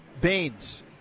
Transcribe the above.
baines